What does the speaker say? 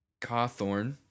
cawthorn